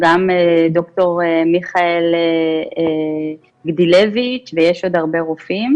גם ד"ר מיכאל גדלביץ' ויש עוד הרבה רופאים.